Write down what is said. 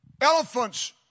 Elephants